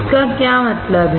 इसका क्या मतलब है